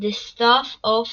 The Staff of